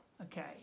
okay